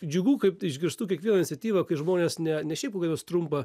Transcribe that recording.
džiugu kai išgirstu kiekvieną iniciatyvą kai žmonės ne ne šiaip kokią nors trumpą